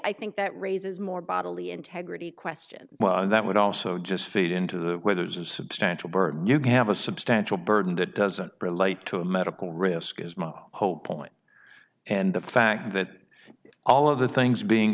i think that raises more bodily integrity question that would also just feed into that where there's a substantial burden you can have a substantial burden that doesn't relate to a medical risk is my whole point and the fact that all of the things being